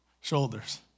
shoulders